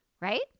Right